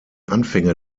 anfänge